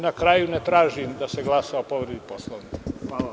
Na kraju, ne tražim da se glasa o povredi Poslovnika.